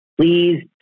Please